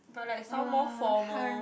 but like sound more formal